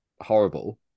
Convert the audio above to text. horrible